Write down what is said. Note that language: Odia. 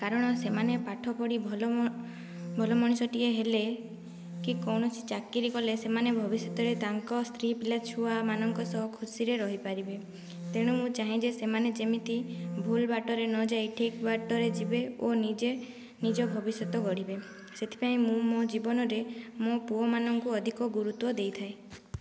କାରଣ ସେମାନେ ପାଠପଢ଼ି ଭଲ ଭଲ ମଣିଷଟିଏ ହେଲେ କି କୌଣସି ଚାକିରି କଲେ ସେମାନେ ଭବିଷ୍ୟତରେ ତାଙ୍କ ସ୍ତ୍ରୀ ପିଲା ଛୁଆମାନଙ୍କ ସହ ଖୁସିରେ ରହିପାରିବେ ତେଣୁ ମୁଁ ଚାହେଁ ଯେ ସେମାନେ ଯେମିତି ଭୁଲ ବାଟରେ ନଯାଇ ଠିକ ବାଟରେ ଯିବେ ଓ ନିଜେ ନିଜ ଭବିଷ୍ୟତ ଗଢ଼ିବେ ସେଥିପାଇଁ ମୁଁ ମୋ ଜୀବନରେ ମୋ ପୁଅମାନଙ୍କୁ ଅଧିକ ଗୁରୁତ୍ୱ ଦେଇଥାଏ